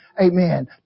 Amen